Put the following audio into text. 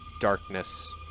darkness